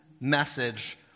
message